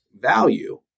value